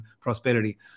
prosperity